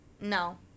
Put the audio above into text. No